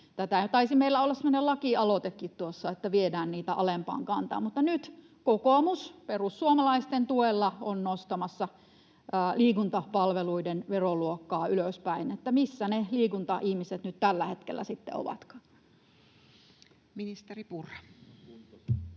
taisi meillä olla semmoinen lakialoitekin tuossa, että viedään niitä alempaan kantaan. Mutta nyt kokoomus, perussuomalaisten tuella, on nostamassa liikuntapalveluiden veroluokkaa ylöspäin. Missä ne liikuntaihmiset nyt tällä hetkellä sitten ovatkaan? [Speech 153]